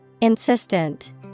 Insistent